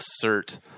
assert